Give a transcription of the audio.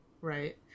Right